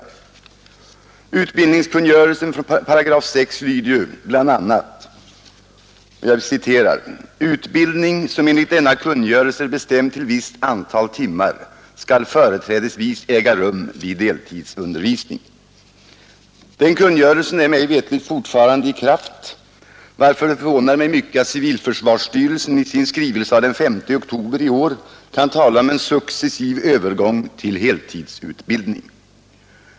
I utbildningskungörelsens 6 § står bl.a. följande: ”Utbildning, som enligt denna kungörelse är bestämd till visst antal timmar, skall företrädesvis äga rum vid deltidsundervisning.” Kungörelsen är mig veterligt fortfarande i kraft, varför det förvånar mig mycket att civilförsvarsstyrelsen i sin skrivelse av den 5 oktober i år kan tala om en successiv övergång till heltidsutbildning.